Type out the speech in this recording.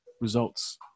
results